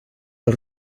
del